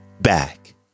back